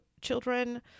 children